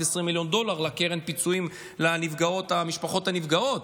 20 מיליון דולר לקרן פיצויים למשפחות הנפגעות,